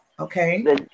Okay